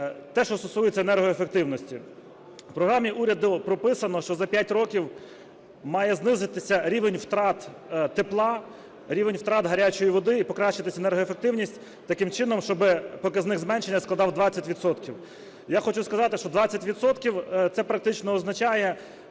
Те, що стосується енергоефективності. В програмі уряду прописано, що за п'ять років має знизитися рівень втрат тепла, рівень втрат гарячої води і покращитись енергоефективність таким чином, щоби показник зменшення складав 20 відсотків. Я хочу сказати, що 20 відсотків – це практично означає